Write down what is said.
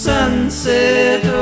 Sunset